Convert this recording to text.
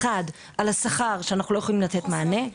א' על השכר שאנחנו לא יכולים לתת מענה.